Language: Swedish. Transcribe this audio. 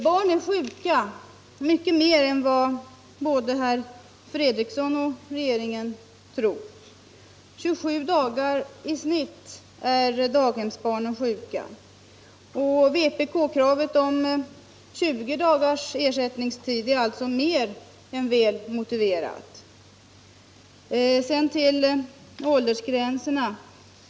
Barn är sjuka mycket mer än vad både herr Fredriksson och regeringen tror — 27 dagar i genomsnitt är daghemsbarnen sjuka. Vpk-kravet om 20 dagars ersättningstid är alltså mer än väl motiverat. Sedan till åldersgränserna.